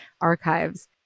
archives